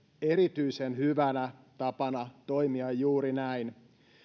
erityisen hyvänä tapana toimia juuri näin